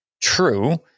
true